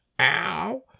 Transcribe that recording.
Ow